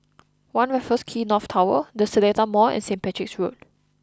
One Raffles Quay North Tower The Seletar Mall and St Patrick's Road